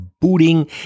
booting